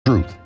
Truth